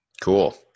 Cool